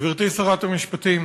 שרת המשפטים,